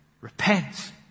Repent